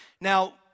Now